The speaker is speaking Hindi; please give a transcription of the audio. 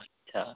अच्छा